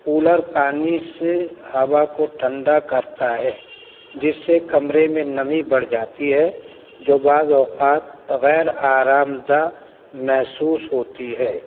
cooler پانی سے ہوا کو ٹھنڈا کرتا ہے جس سے کمرے میں نمی بڑھ جاتی ہے جو بعض اوقات غیر آرام دہ محسوس ہوتی ہے